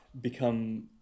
become